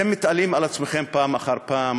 אתם מתעלים על עצמכם פעם אחר פעם,